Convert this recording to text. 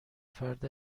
فرد